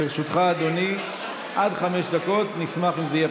לרשותך, אדוני, עד חמש דקות.